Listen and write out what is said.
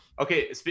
Okay